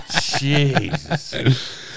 Jesus